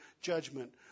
judgment